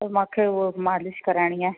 त मांखे उहा मालिश कराइणी आहे